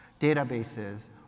databases